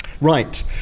Right